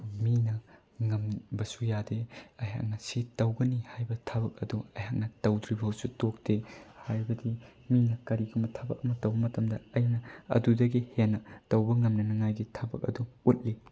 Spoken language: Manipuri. ꯃꯤꯅ ꯉꯝꯕꯁꯨ ꯌꯥꯗꯦ ꯑꯩꯍꯥꯛꯅ ꯁꯤ ꯇꯧꯒꯅꯤ ꯍꯥꯏꯕ ꯊꯕꯛ ꯑꯗꯨ ꯑꯩꯍꯥꯛꯅ ꯇꯧꯗ꯭ꯔꯤꯐꯥꯎꯁꯨ ꯇꯣꯛꯇꯦ ꯍꯥꯏꯕꯗꯤ ꯃꯤꯅ ꯀꯔꯤꯒꯨꯝꯕ ꯊꯕꯛ ꯑꯃ ꯇꯧꯕ ꯃꯇꯝꯗ ꯑꯩꯅ ꯑꯗꯨꯗꯒꯤ ꯍꯦꯟꯅ ꯇꯧꯕ ꯉꯝꯅꯅꯉꯥꯏꯒꯤ ꯊꯕꯛ ꯑꯗꯨ ꯎꯠꯂꯤ